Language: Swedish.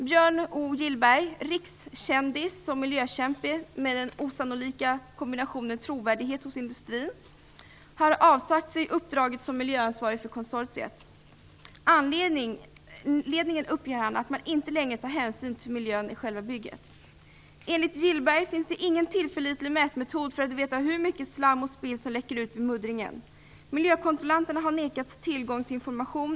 Björn O Gillberg, rikskändis och miljökämpe med sin osannolika kombination - han har ju trovärdighet hos industrin - har avsagt sig uppdraget som miljöansvarig för konsortiet. Anledningen är, uppger han, att man inte längre tar hänsyn till miljön i själva bygget. Enligt Björn O Gillberg finns det ingen tillförlitlig mätmetod för att veta hur mycket slam och spill som läcker ut vid muddringen. Miljökontrollanterna har nekats tillgång till information.